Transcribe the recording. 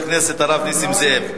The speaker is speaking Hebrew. עמדה אחרת, חבר הכנסת הרב נסים זאב.